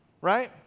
right